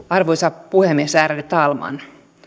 arvoisa puhemies ärade talman